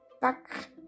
back